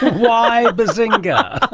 why bazinga?